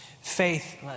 faith